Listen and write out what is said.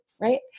right